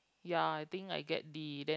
ya I think I get D then